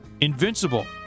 invincible